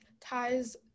ties